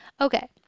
Okay